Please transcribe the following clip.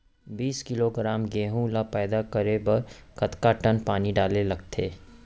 बीस किलोग्राम गेहूँ ल पैदा करे बर कतका टन पानी डाले ल लगथे?